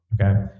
okay